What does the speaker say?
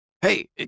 Hey